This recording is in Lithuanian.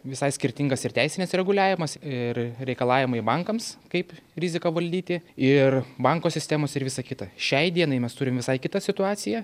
visai skirtingas ir teisinis reguliavimas ir reikalavimai bankams kaip riziką valdyti ir banko sistemos ir visa kita šiai dienai mes turim visai kitą situaciją